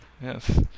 Yes